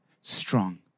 strong